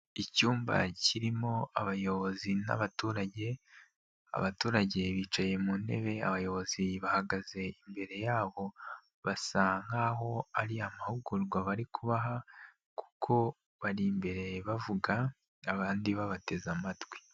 icyumba kirimo abayobozi n'abaturage, abaturage bicaye mu ntebe, abayobozi bahagaze imbere yabo basa nk'aho ari amahugurwa bari kubaha kuko bari imbere bavuga abandi babateze amatwi.